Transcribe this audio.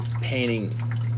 painting